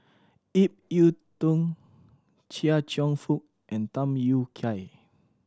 Ip Yiu Tung Chia Cheong Fook and Tham Yui Kai